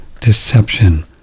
Deception